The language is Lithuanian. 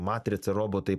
matrica robotai